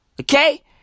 Okay